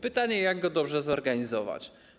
Pytanie brzmi: Jak go dobrze zorganizować?